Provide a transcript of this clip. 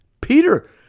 Peter